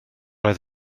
oedd